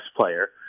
player